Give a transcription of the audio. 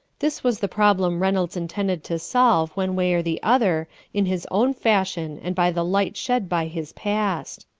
this was the problem reynolds intended to solve one way or the other in his own fashion and by the light shed by his past